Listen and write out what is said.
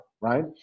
right